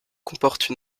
comportent